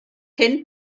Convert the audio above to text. cyn